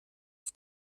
auf